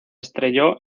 estrelló